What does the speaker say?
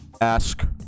ask